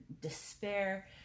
despair